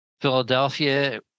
Philadelphia